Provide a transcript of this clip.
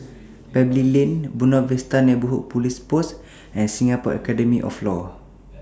Pebble Lane Buona Vista Neighbourhood Police Post and Singapore Academy of law